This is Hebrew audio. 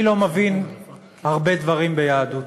אני לא מבין הרבה דברים ביהדות,